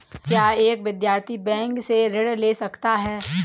क्या एक विद्यार्थी बैंक से ऋण ले सकता है?